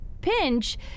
pinch